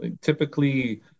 Typically